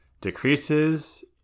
decreases